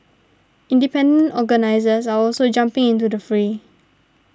independent organisers are also jumping into the fray